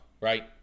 Right